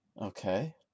Okay